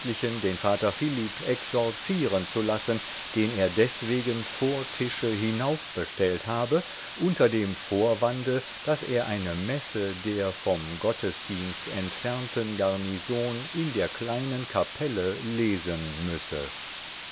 den vater philipp exorzieren zu lassen den er deswegen vor tische hinaufgestellt habe unter dem vorwande daß er eine messe der vom gottesdienst entfernten garnison in der kleinen kapelle lesen müsse